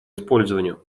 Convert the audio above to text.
использованию